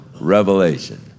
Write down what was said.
revelation